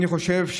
אני חושב,